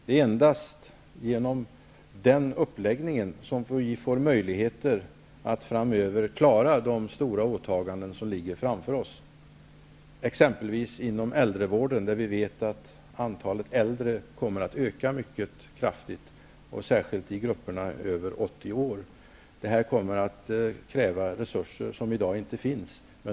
Det är endast genom den uppläggningen som vi får möjligheter att klara de stora åtaganden som ligger framför oss, exempelvis inom äldrevården. Vi vet att antalet äldre kommer att öka mycket kraftigt, särskilt i grupperna över 80 år. Det kommer att kräva resurser som i dag inte finns.